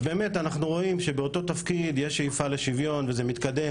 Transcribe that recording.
אז באמת אנחנו רואים שבאותו תפקיד יש שאיפה לשוויון וזה מתקדם,